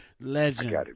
Legend